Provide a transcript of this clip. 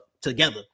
together